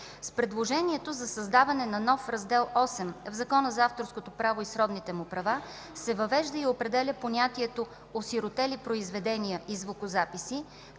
С предложението за създаване на нов Раздел VІІІ в Закона за авторското право и сродните му права се въвежда и определя понятието „осиротели произведения и звукозаписи”